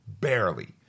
Barely